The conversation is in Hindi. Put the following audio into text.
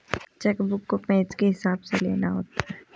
चेक बुक को पेज के हिसाब से लेना होता है